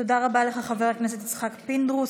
תודה רבה לך, חבר הכנסת יצחק פינדרוס.